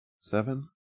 seven